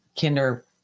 kinder